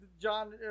John